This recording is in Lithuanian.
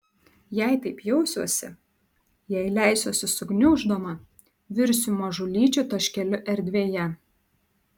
jei taip jausiuosi jei leisiuosi sugniuždoma virsiu mažulyčiu taškeliu erdvėje